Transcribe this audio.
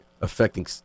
affecting